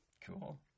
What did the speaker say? Cool